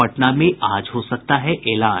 पटना में आज हो सकता है ऐलान